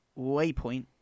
Waypoint